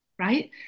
right